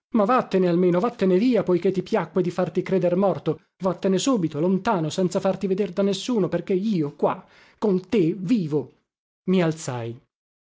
ma vattene almeno vattene via poiché ti piacque di farti creder morto vattene subito lontano senza farti vedere da nessuno perché io qua con te vivo i alzai